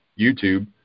YouTube